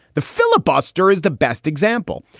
the filibuster is the best example.